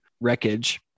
wreckage